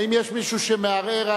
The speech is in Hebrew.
האם יש מישהו שמערער?